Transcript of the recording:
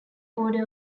order